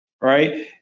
right